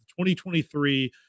2023